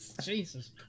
Jesus